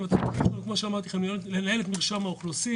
תפקידים: ניהול רישום ביומטרי,